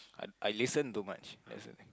I I listen too much that's the thing